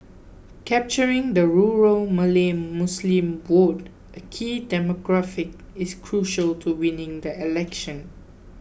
capturing the rural Malay Muslim vote a key demographic is crucial to winning the election